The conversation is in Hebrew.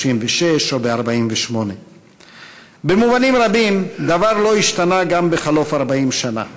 1936 או 1948. במובנים רבים דבר לא השתנה גם בחלוף 40 שנה.